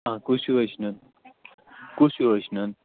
آ کُس ہیوٗ حظ چھِ نیُن کُس ہیوٗ حظ چھِ نیُن